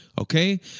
okay